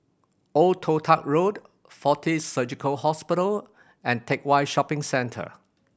Old Toh Tuck Road Fortis Surgical Hospital and Teck Whye Shopping Centre